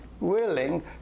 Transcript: willing